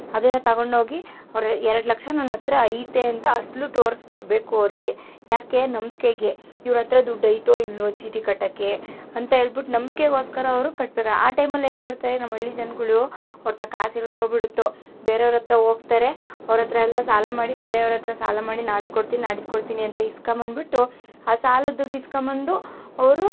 ಅದನ್ನು ತಗೊಂಡೋಗಿ ಅವರು ಎರಡು ಲಕ್ಷ ನನ್ನತ್ರ ಐತೆ ಅಂತ ಅಸಲು ತೋರಿಸಿ ಬರ್ಬೇಕು ಅವರಿಗೆ ಯಾಕೆ ನಂಬಿಕೆಗೆ ಇವ್ರತ್ರ ದುಡ್ಡು ಐತೋ ಇಲ್ವೋ ಚೀಟಿ ಕಟ್ಟೋಕ್ಕೆ ಅಂತ ಹೇಳ್ಬಿಟ್ಟು ನಂಬಿಕೆಗೋಸ್ಕರ ಅವರು ಕಟ್ಬೇಕು ಆ ಟೈಮಲ್ಲಿ ಏನು ಮಾಡ್ತಾರೆ ನಮ್ಮ ಹಳ್ಳಿಯ ಜನಗಳು ಅವ್ರತ ಕಾಸು ಇರುತ್ತೋ ಬಿಡುತ್ತೋ ಬೇರೆಯವರತ್ರ ಹೋಗ್ತಾರೆ ಅವರತ್ರ ಎಲ್ಲ ಸಾಲ ಮಾಡಿ ಬೇರೆಯವ್ರತ್ರ ಸಾಲ ಮಾಡಿ ನಾಳೆಗೆ ಕೊಡ್ತೀನಿ ನಾಡಿದ್ದು ಕೊಡ್ತೀನಿ ಅಂತ ಇಸ್ಕೊ ಬಂದ್ಬಿಟ್ಟು ಆ ಸಾಲದ ದುಡ್ಡು ಇಸ್ಕೊಂಬಂದು ಅವರು